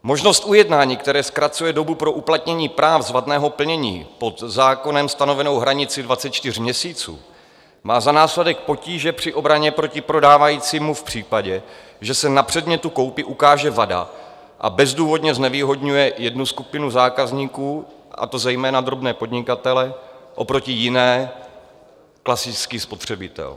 Možnost ujednání, které zkracuje dobu pro uplatnění práv z vadného plnění pod zákonem stanovenou hranici 24 měsíců, má za následek potíže při obraně proti prodávajícímu v případě, že se na předmětu koupě ukáže vada, a bezdůvodně znevýhodňuje jednu skupinu zákazníků, a to zejména drobné podnikatele, oproti jiné klasický spotřebitel.